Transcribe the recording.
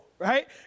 right